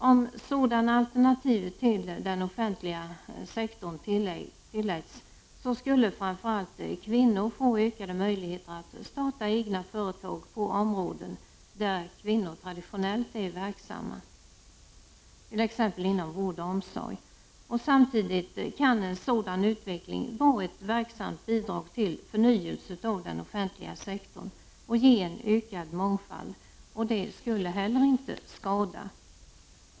Om sådana alternativ till den offentliga sektorn tilläts skulle framför allt kvinnor få ökade möjligheter att starta egna företag på områden där kvinnor traditionellt är verksamma, t.ex. inom vårdoch omsorg. Samtidigt kan en sådan utveckling vara ett verksamt bidrag till förnyelse av den offentliga sektorn och ge en ökad mångfald. Det skulle heller inte skada.